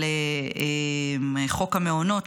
על חוק המעונות,